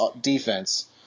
defense